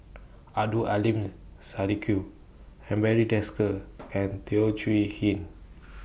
Abdul Aleem Siddique and Barry Desker and Teo Chee Hean